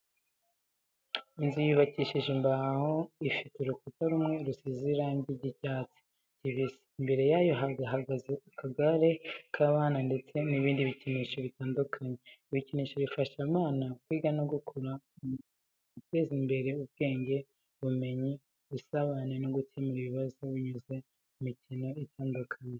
Inzu yubakishije imbaho ifite urukuta rumwe rusize irangi ry'icyatsi kibisi, imbere yayo hahagaze akagare k'abana ndetse n'ibindi bikinisho bitandukanye. Ibikinisho bifasha abana kwiga no gukura neza, guteza imbere ubwenge, ubumenyi, ubusabane, no gukemura ibibazo binyuze mu mikino itandukanye.